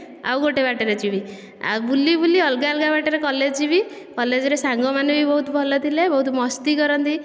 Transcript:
ଆଉ ଗୋଟେ ବାଟରେ ଯିବି ଆଉ ବୁଲି ବୁଲି ଅଲଗା ଅଲଗା ବାଟରେ କଲେଜ ଯିବି କଲେଜରେ ସାଙ୍ଗମାନେ ବି ବହୁତ ଭଲ ଥିଲେ ବହୁତ ମସ୍ତି କରନ୍ତି